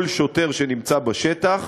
כל שוטר שנמצא בשטח,